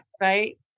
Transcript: right